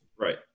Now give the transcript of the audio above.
Right